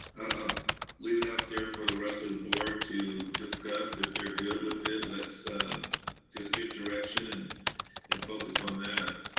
um leave it out there for the rest of the board to discuss. if they're good with it, let's just give direction and and focus on that.